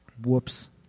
Whoops